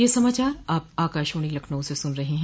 ब्रे क यह समाचार आप आकाशवाणी लखनऊ से सुन रहे हैं